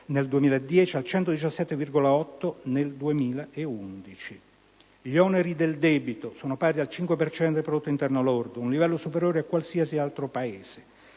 nel 2010 e al 117,8 per cento nel 2011. Gli oneri del debito sono pari al 5 per cento del prodotto interno lordo: un livello superiore a qualsiasi altro Paese.